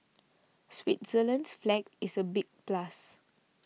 Switzerland's flag is a big plus